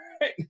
right